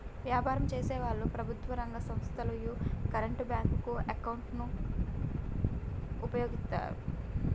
వ్యాపారం చేసేవాళ్ళు, ప్రభుత్వం రంగ సంస్ధలు యీ కరెంట్ బ్యేంకు అకౌంట్ ను వుపయోగిత్తాయి